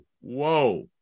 whoa